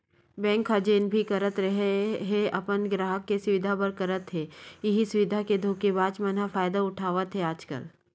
bank ह जेन भी करत हे अपन गराहक के सुबिधा बर करत हे, इहीं सुबिधा के धोखेबाज मन ह फायदा उठावत हे आजकल